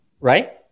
right